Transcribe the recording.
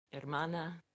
hermana